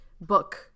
book